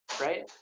right